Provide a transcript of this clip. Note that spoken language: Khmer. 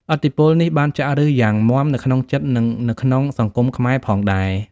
ឥទ្ធិពលនេះបានចាក់ឫសយ៉ាងមាំនៅក្នុងចិត្ត និងនៅក្នុងសង្គមខ្មែរផងដែរ។